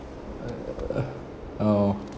uh oh